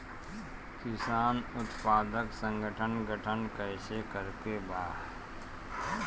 किसान उत्पादक संगठन गठन कैसे करके बा?